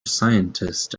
scientist